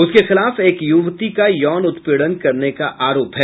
उसके खिलाफ एक युवती का यौन उत्पीड़न करने का आरोप है